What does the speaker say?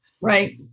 Right